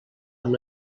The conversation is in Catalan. amb